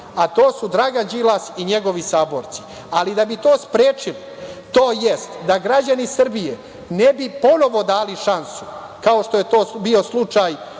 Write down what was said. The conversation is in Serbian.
a to su Dragan Đilas i njegovi saborci. Da bi to sprečili, tj. da građani Srbije ne bi ponovo dali šansu, kao što je to bio slučaj